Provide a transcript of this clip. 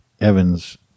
Evan's